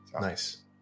Nice